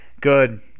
Good